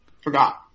forgot